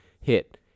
hit